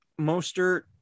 Mostert